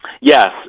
Yes